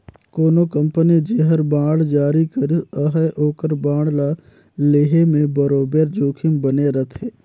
कोनो कंपनी जेहर बांड जारी करिस अहे ओकर बांड ल लेहे में बरोबेर जोखिम बने रहथे